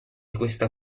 questa